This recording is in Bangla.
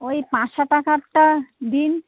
ওই পাঁচশো টাকারটা দিন